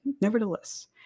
nevertheless